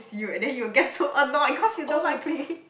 s~ you and then you will get so annoyed cause you don't like clingy